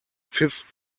pfiff